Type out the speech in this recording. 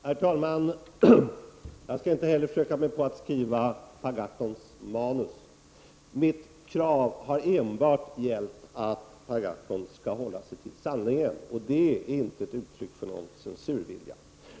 Herr talman! Jag skall inte heller försöka mig på att skriva Per Gahrtons manus. Mitt krav har enbart gällt att Per Gahrton skall hålla sig till sanningen, och det är inte ett uttryck för någon censurvilja.